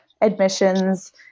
admissions